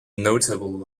notable